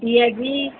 ପିଆଜି